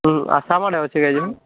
ହୁଁ ଆଶାମାନେ ଅଛି ଏଇ ଯେଉଁ